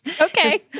okay